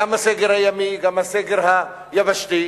גם הסגר הימי וגם הסגר היבשתי.